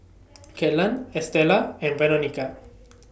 Kellan Estella and Veronica